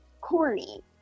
corny